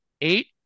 eight